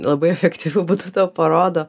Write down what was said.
labai efektyvu būdu tau parodo